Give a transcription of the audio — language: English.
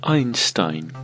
Einstein